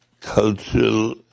cultural